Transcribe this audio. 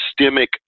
systemic